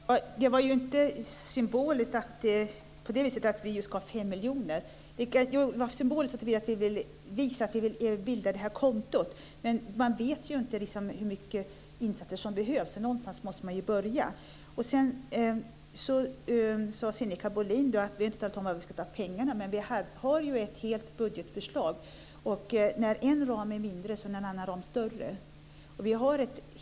Fru talman! Det var inte symboliskt med de 5 miljonerna. Det var symboliskt såtillvida att vi vill visa att vill inrätta detta konto. Men man vet ju inte hur mycket insatser som behövs. Någonstans måste man ju börja. Sinikka Bohlin sade att vi inte har talat om varifrån vi vill ta pengarna. Men vi har ju ett heltäckande budgetförslag. När en ram blir mindre, blir en annan ram större.